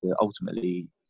ultimately